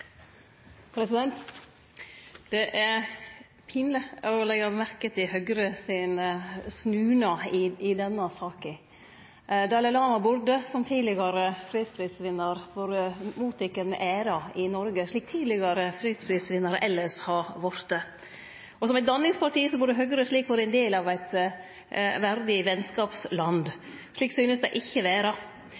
å leggje merke til Høgre sin snunad i denne saka. Dalai Lama burde, som tidlegare fredsprisvinnar, verte teke imot med ære i Noreg, slik tidlegare fredsprisvinnarar elles har vorte. Som eit danningsparti, burde Høgre slik ha vore del av eit verdig vennskapsland. Slik synest det ikkje